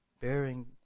bearing